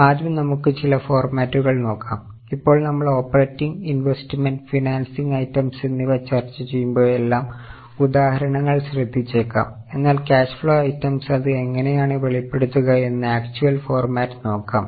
ആദ്യം നമുക്ക് ചില ഫോർമാറ്റുകൾ നോക്കാം ഇപ്പോൾ നമ്മൾ ഓപ്പറേറ്റിംഗ് ഇൻവെസ്റ്റ്മെന്റ് ഫിനാൻസിംഗ് ഐറ്റംസ് എന്നിവ ചർച്ച ചെയ്യുമ്പോഴെല്ലാം ഉദാഹരണങ്ങൾ ശ്രദ്ധിച്ചേക്കാം എന്നാൽ ക്യാഷ് ഫ്ലോ ഐറ്റംസ് അത് എങ്ങനെയാണ് വെളിപ്പെടുത്തുക എന്ന് ആക്ടുവൽ ഫോർമാറ്റ് നോക്കാം